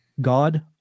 God